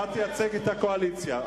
אתה תייצג את הקואליציה.